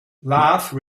love